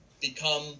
become